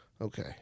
Okay